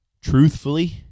truthfully